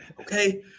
Okay